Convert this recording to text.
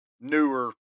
newer